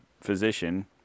physician